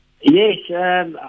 Yes